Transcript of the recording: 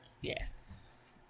Yes